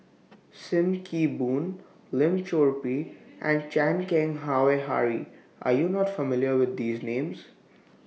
SIM Kee Boon Lim Chor Pee and Chan Keng Howe Harry Are YOU not familiar with These Names